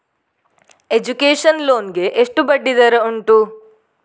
Education loan ಗೆ ಎಷ್ಟು ಬಡ್ಡಿ ದರ ಉಂಟು?